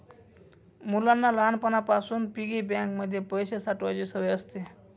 मुलांना लहानपणापासून piggy bank मध्ये पैसे साठवायची सवय असते